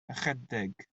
ychydig